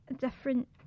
different